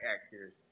actors